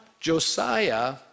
Josiah